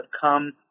come